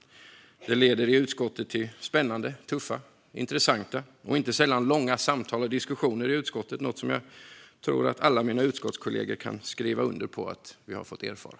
Det leder i utskottet till spännande, tuffa, intressanta och inte sällan långa samtal och diskussioner i utskottet. Det är något som jag tror att alla mina utskottskollegor kan skriva under på att vi har fått erfara.